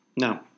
No